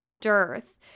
dearth